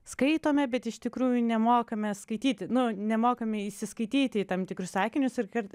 skaitome bet iš tikrųjų nemokame skaityti nu nemokam įsiskaityti į tam tikrus sakinius ir kad